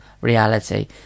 reality